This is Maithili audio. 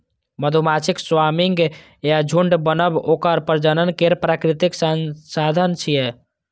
मधुमाछीक स्वार्मिंग या झुंड बनब ओकर प्रजनन केर प्राकृतिक साधन छियै